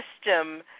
system